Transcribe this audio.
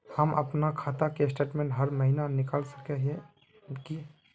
हम अपना खाता के स्टेटमेंट हर महीना निकल सके है की?